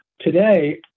today